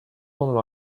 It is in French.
pendant